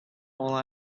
all